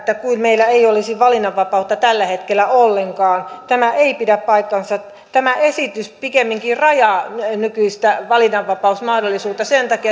kuin meillä ei olisi valinnanvapautta tällä hetkellä ollenkaan tämä ei pidä paikkaansa tämä esitys pikemminkin rajaa nykyistä valinnanvapausmahdollisuutta sen takia